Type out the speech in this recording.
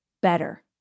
better